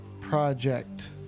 project